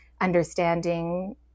understanding